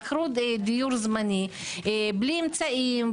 שכרו דיור זמני בלי אמצעים,